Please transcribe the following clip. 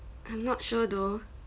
I'm not sure though